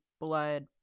blood